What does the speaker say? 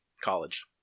college